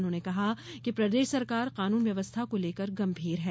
उन्होंने कहा कि प्रदेश सरकार कानून व्यवस्था को लेकर गंभीर है